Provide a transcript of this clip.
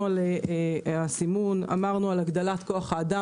סימון, הגדלת כוח אדם